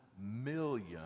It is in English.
million